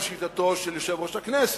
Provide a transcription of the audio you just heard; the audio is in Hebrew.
אולי לא לשיטתו של יושב-ראש הכנסת,